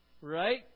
Right